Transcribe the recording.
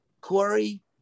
Corey